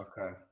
Okay